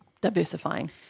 diversifying